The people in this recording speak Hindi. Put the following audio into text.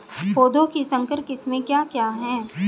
पौधों की संकर किस्में क्या क्या हैं?